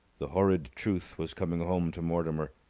the horrid truth was coming home to mortimer.